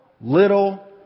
little